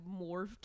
morphed